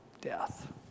death